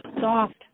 soft